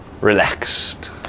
relaxed